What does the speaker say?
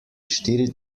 štiri